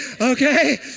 okay